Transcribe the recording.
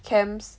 camps